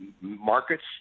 markets